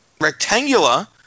rectangular